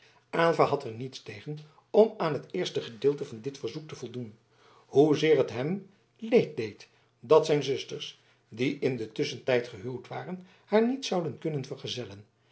aylva had er niets tegen om aan het eerste gedeelte van dit verzoek te voldoen hoezeer het hem leed deed dat zijn zusters die in den tusschentijd gehuwd waren haar niet zouden kunnen vergezellen